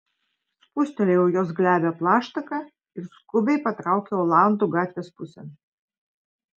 spustelėjau jos glebią plaštaką ir skubiai patraukiau olandų gatvės pusėn